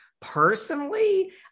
Personally